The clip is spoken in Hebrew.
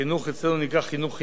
החינוך אצלנו נקרא "חינוך חינם",